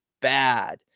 bad